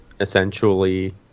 essentially